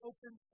Open